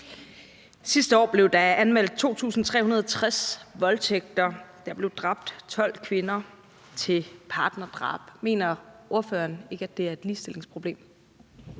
Sidste år blev der anmeldt 2.360 voldtægter, og der blev dræbt 12 kvinder ved partnerdrab. Mener ordføreren ikke, at det er et ligestillingsproblem?